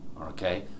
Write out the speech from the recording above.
okay